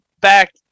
back